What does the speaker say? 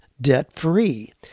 debt-free